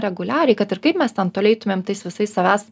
reguliariai kad ir kaip mes ten toli eitumėm tais visais savęs